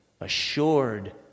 assured